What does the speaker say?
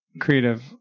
creative